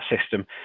system